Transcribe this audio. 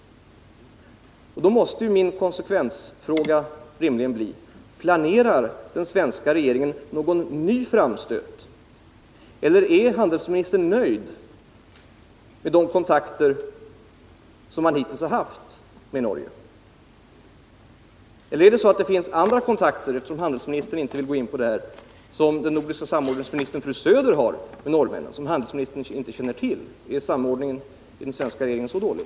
Då måste min konsekvensfråga rimligen bli: Planerar den svenska regeringen någon ny framstöt, eller är handelsministern nöjd med de kontakter som man hittills har haft med Norge? Eller är det så att det finns andra kontakter, eftersom handelsministern inte vill gå in på detta, som den nordiska samordningsministern fru Söder har med norrmännen och som handelsministern inte känner till? Är samordningen i den svenska regeringen så dålig?